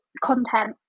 content